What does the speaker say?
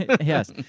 Yes